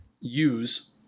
use